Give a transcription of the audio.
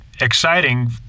exciting